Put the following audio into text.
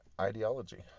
ideology